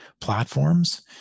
platforms